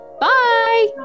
Bye